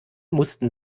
mussten